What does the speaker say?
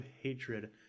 hatred